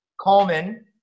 Coleman